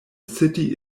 city